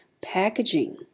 packaging